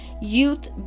youth